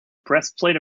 breastplate